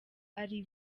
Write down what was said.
ari